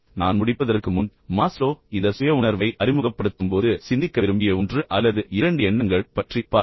நான் முடிப்பதற்கு முன் மாஸ்லோ இந்த சுய உணர்வை அறிமுகப்படுத்தும்போது சிந்திக்க விரும்பிய ஒன்று அல்லது இரண்டு எண்ணங்கள் பற்றி பார்ப்போம்